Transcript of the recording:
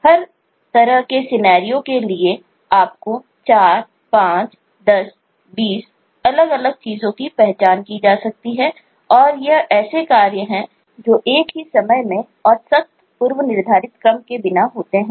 हर तरह के परिदृश्यसिनेरिओ के लिए आपको 4 5 10 20 अलग अलग चीजों की पहचान की जा सकती है और यह ऐसे कार्य है जो एक ही समय में और सख्त पूर्वनिर्धारित क्रम के बिना होते हैं